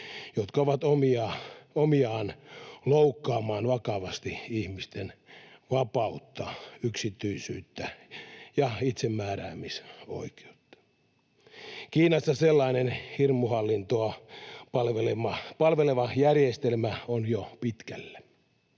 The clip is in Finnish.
jotka ovat omiaan loukkaamaan vakavasti ihmisten vapautta, yksityisyyttä ja itsemääräämisoikeutta. Kiinassa sellainen hirmuhallintoa palveleva järjestelmä on jo pitkällä.